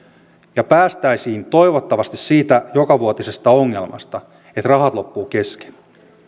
ja pääsisimme toivottavasti siitä jokavuotisesta ongelmasta että rahat loppuvat kesken